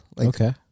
Okay